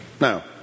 Now